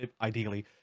ideally